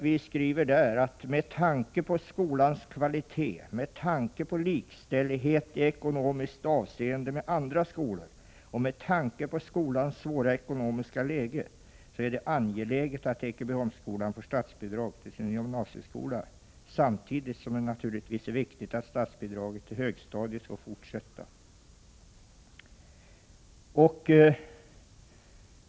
Vi skriver i motionen att ”med tanke på skolans kvalitet, med tanke på likställighet i ekonomiskt avseende med andra skolor och med tanke på skolans svåra ekonomiska läge är det angeläget att Ekebyholmsskolan får statsbidrag till sin gymnasieskola, samtidigt som det naturligtvis är viktigt att statsbidraget till högstadiet får fortsätta”.